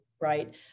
right